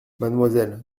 mademoiselle